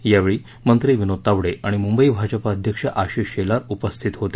यावेळी मंत्री विनोद तावडे आणि मुंबई भाजपा अध्यक्ष आशिष शेलार उपस्थित होते